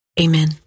Amen